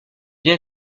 bien